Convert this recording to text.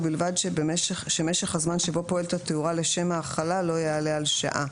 ובלבד שמשך הזמן שבו פועלת התאורה לשם ההאכלה לא יעלה על שעה.